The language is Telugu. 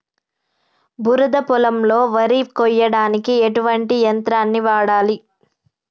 బురద పొలంలో వరి కొయ్యడానికి ఎటువంటి యంత్రాన్ని వాడాలి?